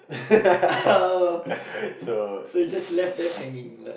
so